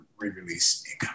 re-release